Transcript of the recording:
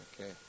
Okay